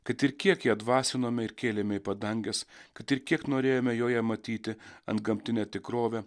kad ir kiek ją dvasinome ir kėlėm į padanges kad ir kiek norėjome joje matyti antgamtinę tikrovę